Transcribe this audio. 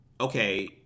okay